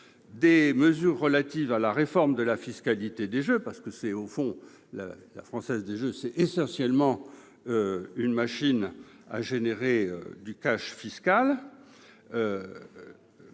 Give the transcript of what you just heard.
des mesures relatives à la réforme de la fiscalité des jeux d'argent et de hasard- au fond, la Française des jeux est essentiellement une machine à générer du « cash fiscal